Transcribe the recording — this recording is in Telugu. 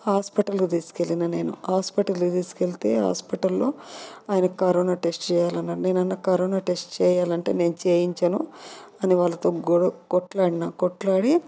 హాస్పిటల్కు తీసుకెళ్ళిన నేను హాస్పిటల్ తీసుకెళ్తే హాస్పిటల్లో ఆయన కరోనా టెస్ట్ చేయాలన్నారు నేను అన్న కరోనా టెస్ట్ చేయాలంటే నేను చేయించను అని వాళ్ళతో కొట్లాడిన కొట్లాడి